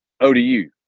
ODU